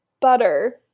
butter